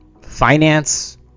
finance